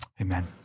Amen